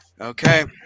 Okay